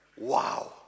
Wow